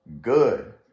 good